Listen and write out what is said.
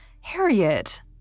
Harriet